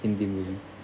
hindi movie